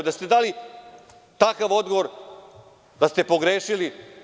Da ste dali takav odgovor da ste pogrešili.